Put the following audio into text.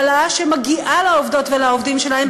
העלאה שמגיעה לעובדות ולעובדים שלהם,